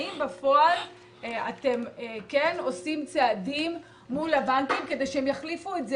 האם בפועל אתם כן עושים צעדים מול הבנקים כדי שהם יחליפו את זה